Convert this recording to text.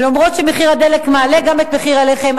ואפילו שמחיר הדלק מעלה גם את מחיר הלחם,